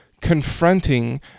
confronting